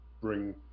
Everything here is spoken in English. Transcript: bring